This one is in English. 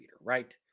right